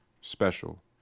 special